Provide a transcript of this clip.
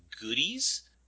goodies